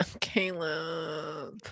Caleb